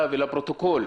והפרוטוקול,